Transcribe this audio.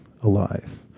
alive